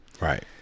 Right